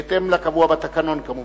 בהתאם לקבוע בתקנון כמובן.